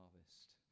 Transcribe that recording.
harvest